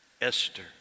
Esther